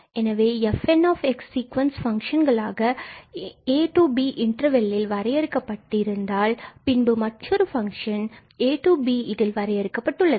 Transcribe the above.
எனவே இது fn sequence ஃபங்க்ஷன்களாக ab ல் இன்டர்வெல்லில் வரையறுக்கப்பட்டு இருந்தால் பின்பு மற்றொரு ஃபங்க்ஷன் ab ல் இதில் வரையறுக்கப்பட்டுள்ளது